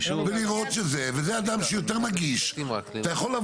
בדיוק, זה צריך להיות פיקוח, אדף הפיקוח.